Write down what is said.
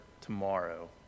tomorrow